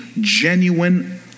genuine